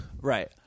Right